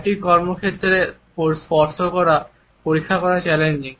একটি কর্মক্ষেত্রে স্পর্শ পরীক্ষা করা চ্যালেঞ্জিং